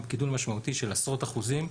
גידול משמעותי של עשרות אחוזים.